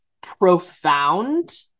profound